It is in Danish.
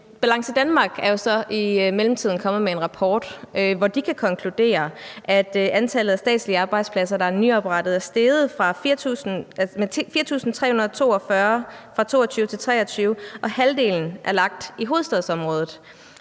Balance Danmark er jo så i mellemtiden kommet med en rapport, hvori de kan konkludere, at antallet af statslige arbejdspladser, der er nyoprettede, er steget med 4.342 fra 2022 til 2023, og halvdelen er lagt i hovedstadsområdet.